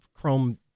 Chrome